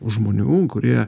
žmonių kurie